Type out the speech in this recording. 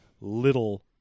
little